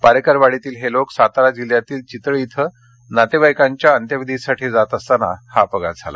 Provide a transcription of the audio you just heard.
पारेकरवाडीतील हे लोक सातारा जिल्ह्यातील चितळी इथं नातेवाईकाच्या अंत्यविधीसाठी जाताना हा अपघात झाला